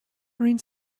marine